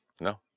No